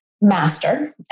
master